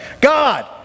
God